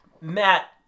Matt